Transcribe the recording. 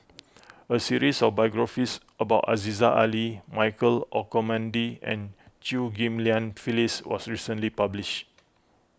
a series of biographies about Aziza Ali Michael Olcomendy and Chew Ghim Lian Phyllis was recently published